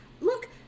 Look